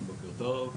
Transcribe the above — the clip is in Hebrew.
בוקר טוב.